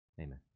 amen